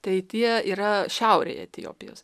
tai tie yra šiaurėj etiopijos